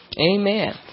Amen